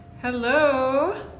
Hello